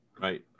Right